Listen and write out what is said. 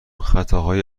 خطاهای